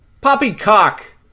Poppycock